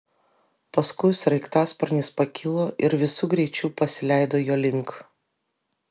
paskui sraigtasparnis pakilo ir visu greičiu pasileido jo link